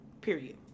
Period